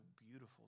beautiful